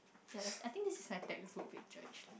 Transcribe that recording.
yeah I I think this is like take with food picture actually